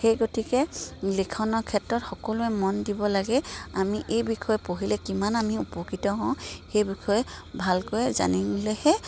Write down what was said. সেই গতিকে লিখনৰ ক্ষেত্ৰত সকলোৱে মন দিব লাগে আমি এই বিষয়ে পঢ়িলে কিমান আমি উপকৃত হওঁ সেই বিষয়ে ভালকৈ জানিলেহে